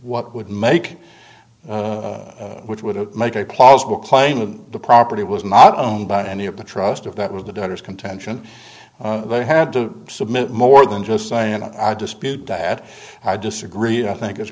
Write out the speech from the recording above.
what would make which would make a plausible claim of the property was not owned by any of the trust of that was the daughter's contention they had to submit more than just saying i dispute that i disagreed i think i